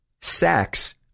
sex